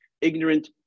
ignorant